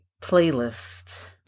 playlist